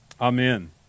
Amen